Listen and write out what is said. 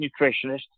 nutritionist